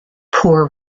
poor